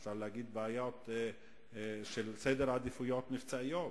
אפשר להגיד: בעיות של סדר עדיפויות מבצעיות.